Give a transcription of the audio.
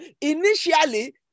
initially